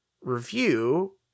review